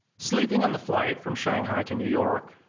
sleeping on the flight from shanghai to new york,